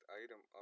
item